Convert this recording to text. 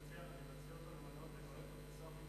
אני מציע למנות אותו לשר,